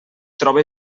trobe